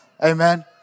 Amen